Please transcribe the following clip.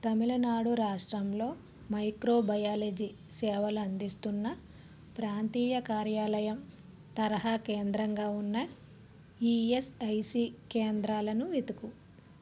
తమిళనాడు రాష్ట్రంలో microbiology సేవలు అందిస్తున్న ప్రాంతీయ కార్యాలయం తరహా కేంద్రంగా ఉన్న ఈఎస్ఐసి కేంద్రాలను వెతుకు